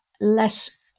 less